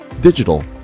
digital